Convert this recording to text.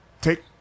Take